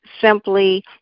simply